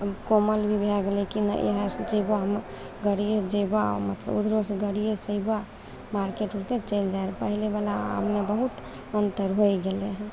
कोमल भी भए गेलय की नहि इएह से जेबऽ हम गाड़ियेसँ जेबऽ आओर मतलब उधरोसँ गाड़ियेसँ ऐबऽ मार्केट होते चलि जाय पहिलेवला आबमे बहुत अन्तर होइ गेलय हँ